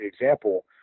example